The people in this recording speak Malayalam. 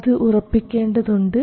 അത് ഉറപ്പിക്കേണ്ടത് ഉണ്ട്